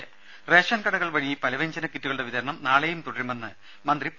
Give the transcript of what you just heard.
ത റേഷൻ കടകൾ വഴി പലവ്യഞ്ജന കിറ്റുകളുടെ വിതരണം നാളെയും തുടരുമെന്ന് മന്ത്രി പി